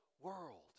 world